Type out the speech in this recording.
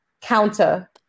counter